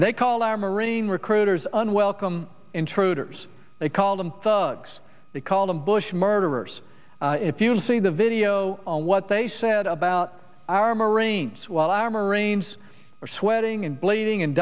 and they call our marine recruiters unwelcome intruders they call them thugs they call them bush murderers if you see the video on what they said about our marines while i am rains are sweating and bleeding and